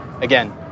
again